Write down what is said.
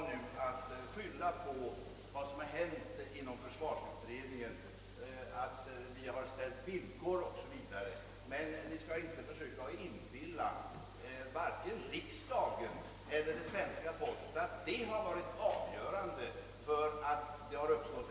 Herr talman! Jag förstår mycket' väl att det nu passar bra att skylla på vad som hänt inom försvarsutredningen — att vi har ställt villkor osv. Men ni skall inte försöka inbilla vare sig riksdagen eller det svenska folket att detta har varit avgörande för att oenighet uppstått.